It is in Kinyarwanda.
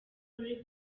ruri